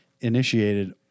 initiated